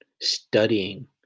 studying